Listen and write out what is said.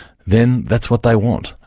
then that's what they want.